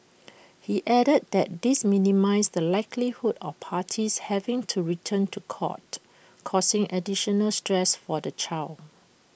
he added that this minimises the likelihood of parties having to return to court causing additional stress for the child